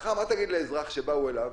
מחר מה תגיד לאזרח שבאו אליו